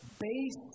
base